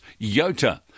YOTA